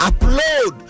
Upload